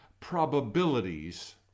probabilities